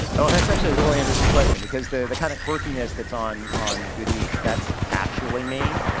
oh that's actually a really interesting question because the kind of quirkiness that's on, on good eats, that's actually me.